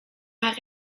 haar